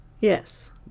Yes